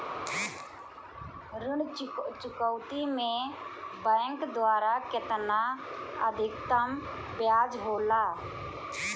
ऋण चुकौती में बैंक द्वारा केतना अधीक्तम ब्याज होला?